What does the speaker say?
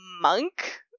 monk